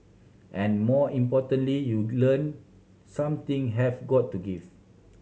and more importantly you learn some thing have got to give